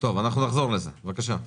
אנחנו נחזור לזה, בבקשה.